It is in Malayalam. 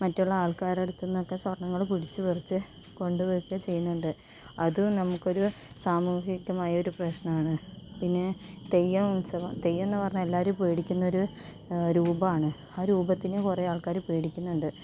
മറ്റുള്ള ആൾക്കാരെ അടുത്ത് നിന്നൊക്കെ സ്വർണങ്ങള് പിടിച്ച് പറിച്ച് കൊണ്ടുവയ്ക്കുകയും ചെയ്യുന്നുണ്ട് അത് നമുക്കൊരു സാമൂഹികമായൊരു പ്രശ്നമാണ് പിന്നെ തെയ്യം ഉത്സവം തെയ്യം എന്ന് പറഞ്ഞാല് എല്ലാവരും പേടിക്കുന്നൊരു രൂപമാണ് ആ രൂപത്തിനെ കുറേ ആൾക്കാര് പേടിക്കുന്നുണ്ട്